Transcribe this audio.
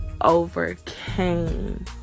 overcame